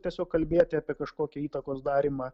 tiesiog kalbėti apie kažkokią įtakos darymą